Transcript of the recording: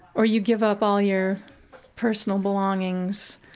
or you give up all your personal belongings.